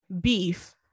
beef